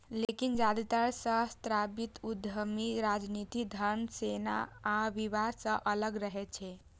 लेकिन जादेतर सहस्राब्दी उद्यमी राजनीति, धर्म, सेना आ विवाह सं अलग रहै छै